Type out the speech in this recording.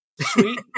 Sweet